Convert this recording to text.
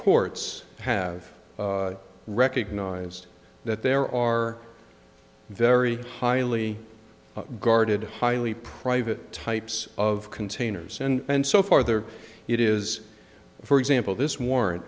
courts have recognized that there are very highly guarded highly private types of containers and so farther it is for example this war